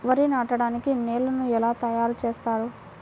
వరి నాటడానికి నేలను ఎలా తయారు చేస్తారు?